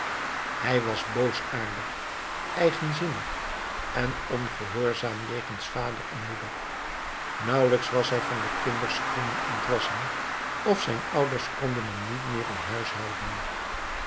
hij was boosaardig eigenzinnig en ongehoorzaam jegens vader en moeder nauwelijks was hij den kinderschoenen ontwassen of zijn ouders konden hem niet meer in huis